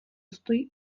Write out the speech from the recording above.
stojí